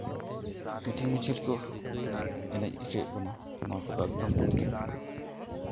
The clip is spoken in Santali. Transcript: ᱢᱤᱴᱤᱝ ᱢᱤᱪᱷᱤᱞ ᱨᱮᱠᱚ ᱮᱱᱮᱡ ᱦᱚᱪᱚᱭᱮᱫ ᱵᱚᱱᱟ ᱱᱚᱣᱟ ᱠᱚᱫᱚ ᱮᱠᱫᱚᱢ ᱵᱟᱝ ᱴᱷᱤᱠᱟ